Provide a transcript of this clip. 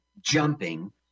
jumping